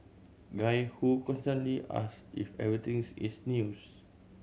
guy who constantly ask if everythings is news